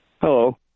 Hello